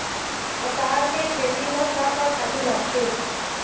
पताल के खेती म का का खातू लागथे?